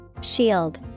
Shield